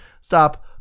Stop